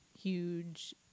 huge